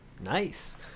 Nice